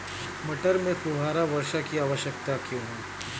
मटर में फुहारा वर्षा की आवश्यकता क्यो है?